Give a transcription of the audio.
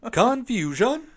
confusion